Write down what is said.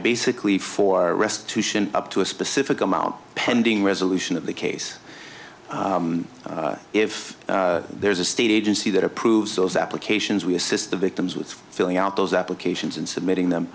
basically for restitution up to a specific amount pending resolution of the case if there is a state agency that approves those applications we assist the victims with filling out those applications and submitting them